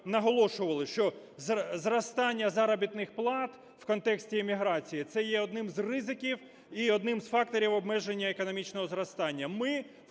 наголошували, що зростання заробітних плат в контексті еміграції – це є одним з ризиків і одним з факторів обмеження економічного зростання.